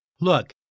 Look